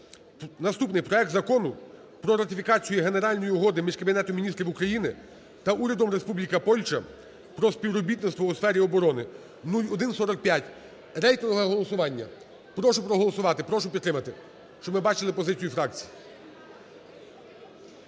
Наступний проект Закону про ратифікацію Генеральної Угоди між Кабінетом Міністрів України та Урядом Республіки Польща про співробітництво у сфері оборони (0145). Рейтингове голосування. Прошу проголосувати. Прошу підтримати. Щоб ми бачили позицію фракцій.